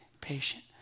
patient